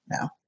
now